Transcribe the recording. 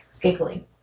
Giggling